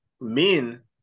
men